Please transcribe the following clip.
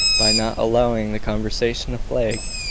by not allowing the conversation to flag.